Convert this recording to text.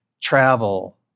travel